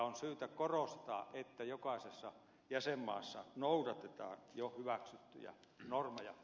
on syytä korostaa että jokaisessa jäsenmaassa noudatetaan jo hyväksyttyjä normeja